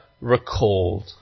recalled